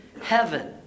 heaven